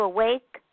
Awake